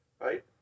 right